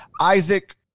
Isaac